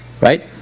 right